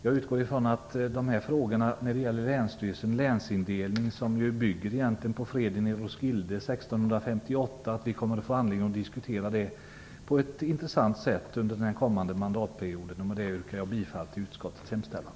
Jag utgår från att vi under mandatperioden kommer att få anledning att på ett intressant sätt diskutera frågan om länsindelningen, som egentligen bygger på freden i Roskilde 1658. Med detta yrkar jag bifall till utskottets hemställan.